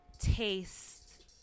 taste